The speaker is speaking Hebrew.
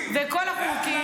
מה את באה אחרי הטילים?